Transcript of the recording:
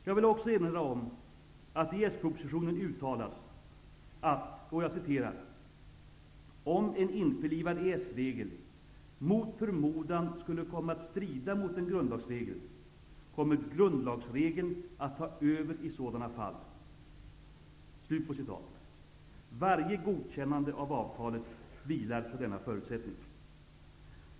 Jag vill också erinra om, att det i EES regel mot förmodan skulle komma att strida mot en grundlagsregel kommer grundlagsregeln att ta över i sådana fall.'' Varje godkännande av avtalet vilar på denna förutsättning.